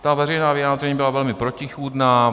Ta veřejná vyjádření byla velmi protichůdná.